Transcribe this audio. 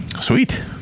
Sweet